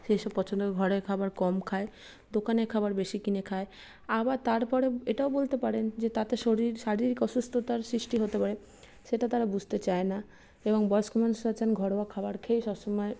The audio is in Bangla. সেই সব পছন্দ ঘরের খাওয়ার কম খায় দোকানের খাওয়ার বেশি কিনে খায় আবার তারপরে এটাও বলতে পারেন যে তাতে শরীর শারীরিক অসুস্থতার সৃষ্টি হতে পারে সেটা তারা বুঝতে চায় না এবং বয়স্ক মানুষরা চান ঘরোয়া খাবার খেয়ে সবসময়